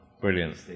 Brilliant